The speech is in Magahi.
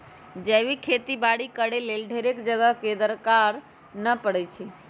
जैविक खेती बाड़ी करेके लेल ढेरेक जगह के दरकार न पड़इ छइ